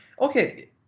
okay